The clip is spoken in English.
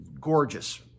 gorgeous